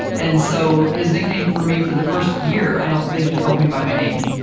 and so, his nickname for me for the first year, i don't think he called me by my name.